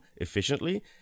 efficiently